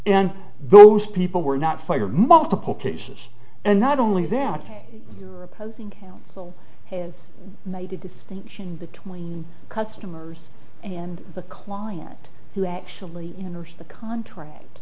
and those people were not fire multiple cases and not only that your opposing counsel has made a distinction between customers and the client who actually you know to the contra